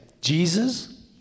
Jesus